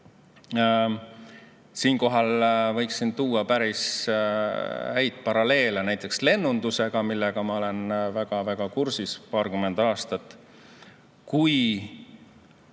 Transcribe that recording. Siinkohal võiksin tuua päris häid paralleele näiteks lennundusega, millega ma olen väga-väga kursis juba paarkümmend aastat,